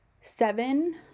seven